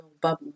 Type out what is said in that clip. bubble